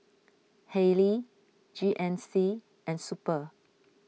Haylee G N C and Super